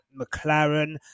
McLaren